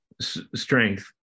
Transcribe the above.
strength